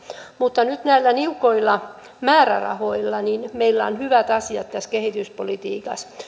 mutta nyt näillä niukoilla määrärahoilla meillä on hyvät asiat tässä kehityspolitiikassa